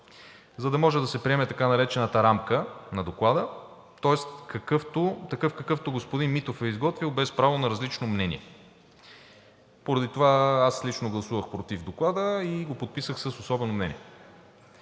за да може да се приеме така наречената рамка на Доклада, тоест такъв, какъвто господин Митов е изготвил, без право на различно мнение. Поради това лично аз гласувах против Доклада и го подписах с особено мнение.